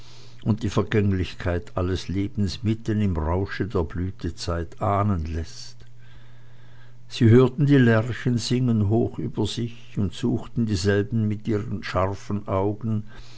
und die vergänglichkeit alles lebens mitten im rausche der blütezeit ahnen läßt sie hörten die lerchen singen hoch über sich und suchten dieselben mit ihren scharfen augen